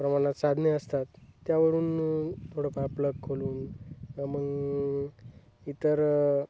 प्रमाणात साधने असतात त्यावरून थोडंफार प्लग खोलून मग इतर